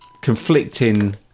conflicting